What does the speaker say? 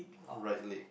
right leg